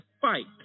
fight